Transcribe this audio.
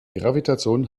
gravitation